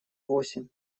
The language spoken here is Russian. восемь